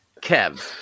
Kev